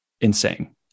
insane